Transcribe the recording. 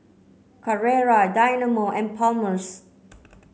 Carrera Dynamo and Palmer's